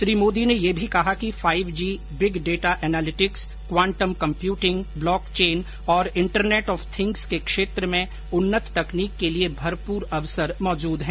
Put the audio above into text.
श्री मोदी ने यह भी कहा कि five G big data analytics quantum computing blockchain और इंटरनेट ऑफ थिंग्स के क्षेत्र में उन्नत तकनीक के लिए भरपूर अवसर मौजूद हैं